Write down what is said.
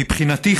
מבחינתי,